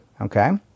okay